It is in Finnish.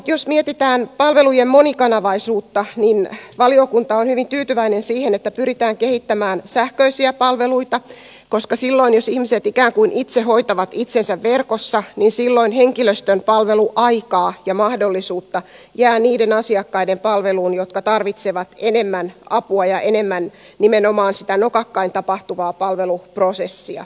jos mietitään palvelujen monikanavaisuutta niin valiokunta on hyvin tyytyväinen siihen että pyritään kehittämään sähköisiä palveluita koska silloin jos ihmiset ikään kuin itse hoitavat itsensä verkossa henkilöstön palveluaikaa ja mahdollisuutta jää niiden asiakkaiden palveluun jotka tarvitsevat enemmän apua ja enemmän nimenomaan sitä nokakkain tapahtuvaa palveluprosessia